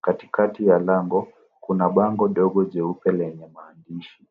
Katikati ya lango, kuna bango dogo jeupe lenye maandishi.